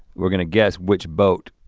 we're gonna guess which boat,